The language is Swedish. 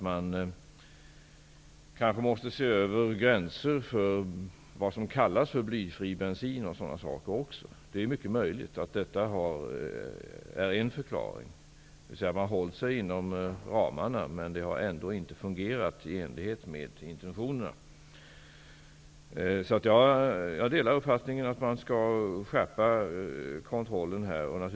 Man måste kanske se över gränserna för vad som får kallas för blyfri bensin och sådana saker också. Det är mycket möjligt att detta är en förklaring, dvs. att man har hållit sig inom ramarna, men att det ändå inte har fungerat i enlighet med intentionerna. Jag delar uppfattningen att man skall skärpa kontrollen.